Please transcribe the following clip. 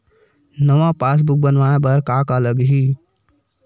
नवा पासबुक बनवाय बर का का लगही?